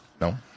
No